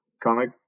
comic